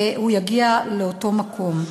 הוא יגיע לאותו מקום.